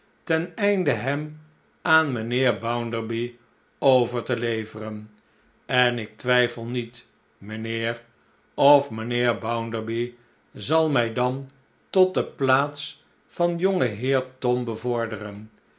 ten einde hem aan mijnheer bounderby over te leveren en ik twijfel niet mijnheer of mijnheer bounderby zal mij dan tot de plaats van jongenheer tom bevorderen